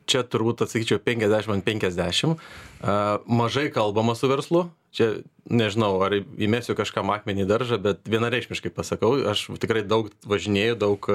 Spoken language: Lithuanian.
čia turbūt atsakyčiau penkiasdešim an penkiasdešim mažai kalbama su verslu čia nežinau ar įmesiu kažkam akmenį į daržą bet vienareikšmiškai pasakau aš tikrai daug važinėju daug